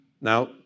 Now